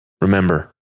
Remember